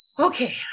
Okay